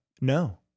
no